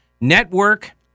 network